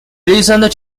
listened